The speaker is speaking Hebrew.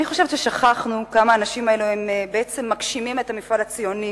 אני חושבת ששכחנו כמה האנשים הללו בעצם מגשימים את המפעל הציוני